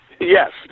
Yes